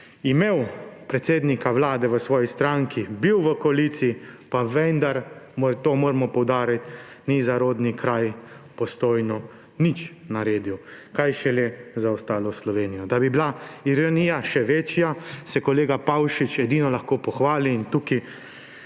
imel predsednika Vlade v svoji stranki, bil v koaliciji, pa vendar, to moramo poudariti, ni za rodni kraj Postojno naredil nič, kaj šele za ostalo Slovenijo. Da bi bila ironija še večja, se kolega Pavšič lahko pohvali, in tukaj